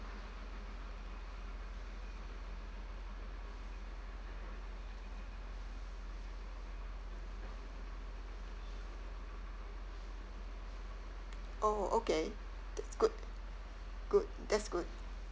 oh okay that's good good that's good